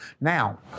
Now